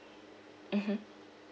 mmhmm